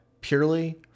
Purely